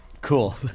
Cool